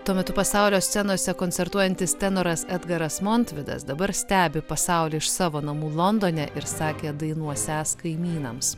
tuo metu pasaulio scenose koncertuojantis tenoras edgaras montvidas dabar stebi pasaulį iš savo namų londone ir sakė dainuosiąs kaimynams